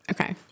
okay